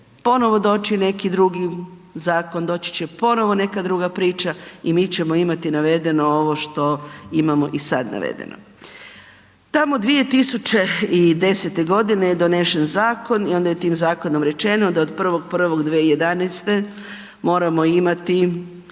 ponovno doći neki drugi zakon, doći će ponovo neka druga priča i mi ćemo imati navedeno ovo što imamo i sad navedeno. Tamo 2010. godine je donesen zakon i onda je tim zakonom rečeno da od 1.1.2011. moramo imati